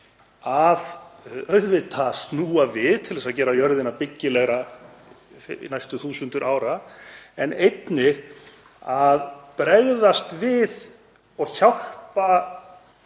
áratugi að snúa við til þess að gera jörðina byggilegri næstu þúsund ár en einnig að bregðast við og hjálpa